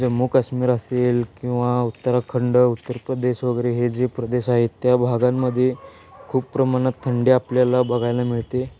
जम्मू काश्मीर असेल किंवा उत्तराखंड उत्तर प्रदेश वगैरे हे जे प्रदेश आहेत त्या भागांमध्ये खूप प्रमाणात थंडी आपल्याला बघायला मिळते